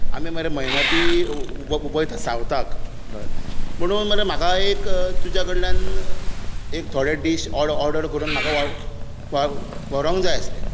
आमी मरे मयनापी वयतात सावथाक कळ्ळें म्हणून मरे म्हाका मरे एक तुज्या कडल्यान एक थोडे डीश ऑर्डर ऑर्डर करून म्हाका व्हरपाक जाय आसले